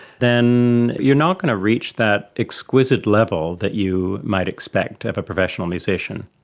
then you are not going to reach that exquisite level that you might expect of a professional musician.